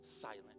silent